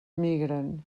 migren